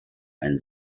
ein